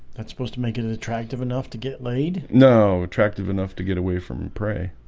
that's supposed to make it it attractive enough to get laid no attractive enough to get away from prey